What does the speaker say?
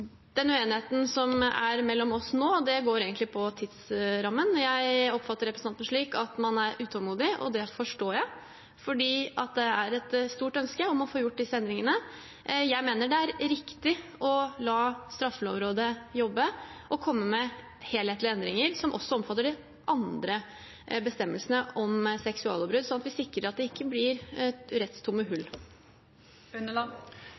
Den uenigheten som er mellom oss nå, går egentlig på tidsrammen. Jeg oppfatter representanten slik at man er utålmodig, og det forstår jeg, fordi det er et stort ønske om å få gjort disse endringene. Jeg mener det er riktig å la Straffelovrådet jobbe og komme med helthetlige endringer som også omfatter de andre bestemmelsene om seksuallovbrudd, slik at vi sikrer at det ikke blir